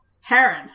Heron